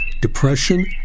depression